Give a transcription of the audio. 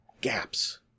Gaps